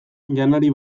janari